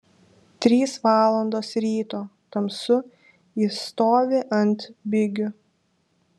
trys valandos ryto tamsu jis stovi ant bigių